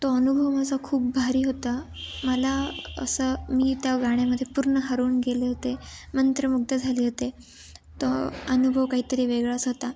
तो अनुभव माझा खूप भारी होता मला असं मी त्या गाण्यामध्ये पूर्ण हरवून गेले होते मंत्रमुग्ध झाली होते तो अनुभव काहीतरी वेगळाच होता